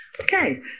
Okay